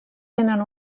tenen